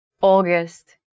August